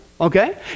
okay